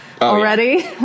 already